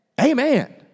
Amen